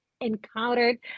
encountered